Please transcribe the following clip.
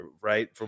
right